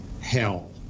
hell